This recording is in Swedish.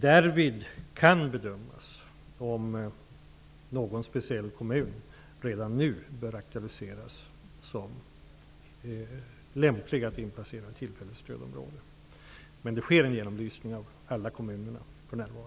Därjämte kan en bedömning göras redan nu om det är lämpligt att aktualisera någon speciell kommun för ett inplacerande i tillfälligt stödområde. Men det sker för närvarande en genomlysning av alla kommuner.